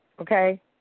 okay